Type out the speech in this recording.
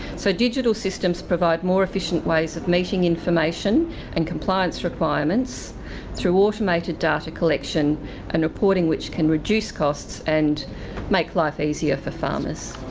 so digital systems provide more efficient ways of meeting information and compliance requirements through automated data collection and reporting which can reduce costs and make life easier for farmers.